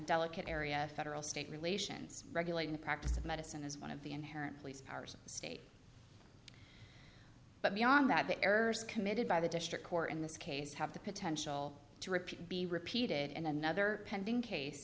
delicate area federal state relations regulating the practice of medicine as one of the inherent police powers of the state but beyond that the errors committed by the district court in this case have the potential to repeat be repeated in another pending case